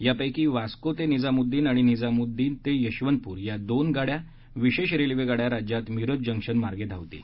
यापैकी वास्को ते निजामुद्दीन आणि निजामुद्दीन ते यशवंतपुर या दोन गाड्या विशेष रेल्वेगाड्या राज्यात मिरज जंक्शन मार्गे धावणार आहेत